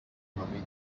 nommé